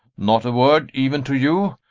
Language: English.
not a word even to you?